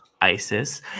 Isis